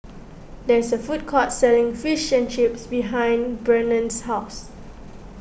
there is a food court selling Fish and Chips behind Brennan's house